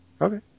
Okay